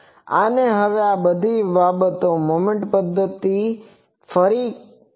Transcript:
અને હવે આ બધી બાબતો આ મોમેન્ટ પદ્ધતિ દ્વારા ફરી કરવામાં આવી હતી